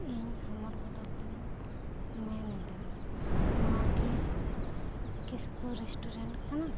ᱤᱧ ᱦᱚᱢᱚᱨ ᱜᱚᱰᱟ ᱠᱷᱚᱱᱤᱧ ᱢᱮᱱ ᱮᱫᱟ ᱱᱚᱣᱟ ᱠᱤ ᱠᱤᱥᱠᱩ ᱨᱮᱥᱴᱩᱨᱮᱱᱴ ᱠᱟᱱᱟ